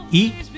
eat